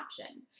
option